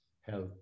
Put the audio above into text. health